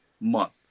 month